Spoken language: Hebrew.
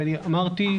ואמרתי,